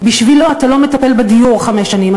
בגללו אתה לא מטפל בדיור חמש שנים,